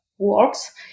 works